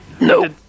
No